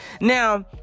Now